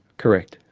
correct.